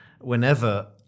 whenever